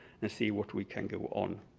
and see what we can go on.